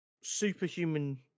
superhuman